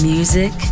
Music